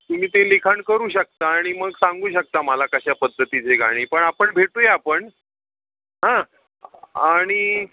तुम्ही ते लिखाण करू शकता आणि मग सांगू शकता मला कशा पद्धतीचे गाणी पण आपण भेटूया आपण हां आणि